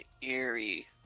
eerie